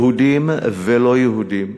יהודים ולא-יהודים,